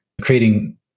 creating